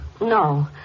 No